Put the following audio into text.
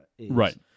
Right